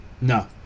No